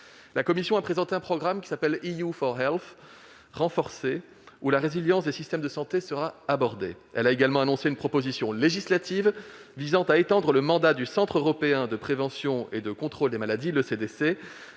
La Commission a ainsi présenté le programme renforcé, au sein duquel la résilience des systèmes de santé sera abordée ; elle a également annoncé une proposition législative visant à étendre le mandat du Centre européen de prévention et de contrôle des maladies (ECDC),